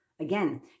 Again